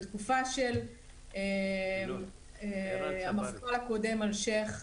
בתקופה של המפכ"ל הקודם אלשיך,